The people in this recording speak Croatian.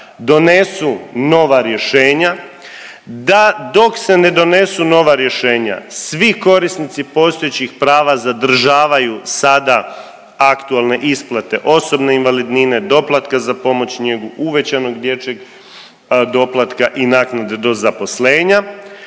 donesu nova rješenja, da dok se ne donesu nova rješenja, svi korisnici postojećih prava zadržavaju sada aktualne isplate osobne invalidnine, doplatka za pomoć i njegu, uvećanog dječjeg doplatka i naknade do zaposlenja.